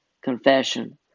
confession